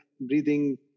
breathing